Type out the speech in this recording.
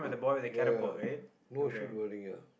ya ya no shoot wording ya